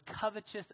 covetous